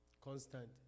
Constant